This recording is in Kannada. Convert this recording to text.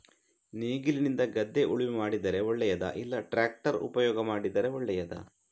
ನೇಗಿಲಿನಿಂದ ಗದ್ದೆ ಉಳುಮೆ ಮಾಡಿದರೆ ಒಳ್ಳೆಯದಾ ಇಲ್ಲ ಟ್ರ್ಯಾಕ್ಟರ್ ಉಪಯೋಗ ಮಾಡಿದರೆ ಒಳ್ಳೆಯದಾ?